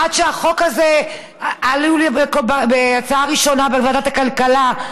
עד שהחוק הזה עלול, בקריאה ראשונה בוועדת הכלכלה.